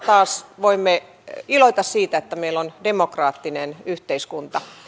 taas voimme iloita siitä että meillä on demokraattinen yhteiskunta